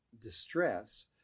distress